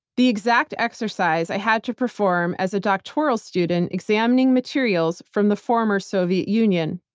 the exact exercise i had to perform as a doctoral student, examining materials from the former soviet union.